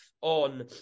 on